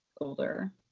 older